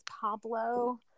Pablo